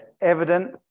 evident